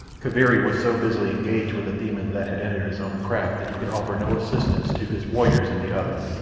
kaviri was so busily engaged with the demons that had entered his own craft that he could offer no assistance to his warriors in the other.